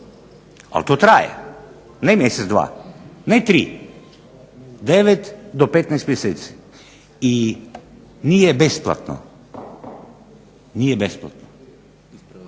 Ali to traje. Ne mjesec, dva ne tri, devet do petnaest mjeseci i nije besplatno. Da li